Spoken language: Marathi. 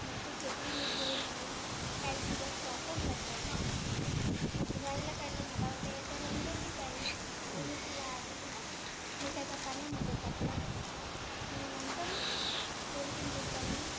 मग ती घेतली मी घेऊन आली काही दिवस वापरलं पण मग धुवायला काढलं मला वाटलं याचा रंग गी जाईल म्हणून मी तिला आधी मिठाच्या पाण्यामधे टाकलं मग नंतर दोन तीन दिवसानी